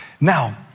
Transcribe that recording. Now